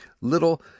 little